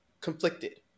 conflicted